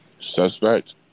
Suspect